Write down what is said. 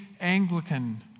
Anglican